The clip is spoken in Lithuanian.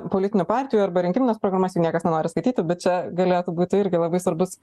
politinių partijų arba rinkimines programas jų niekas nenori skaityti bet čia galėtų būti irgi labai svarbus